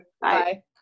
Bye